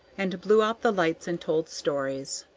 and blew out the lights and told stories.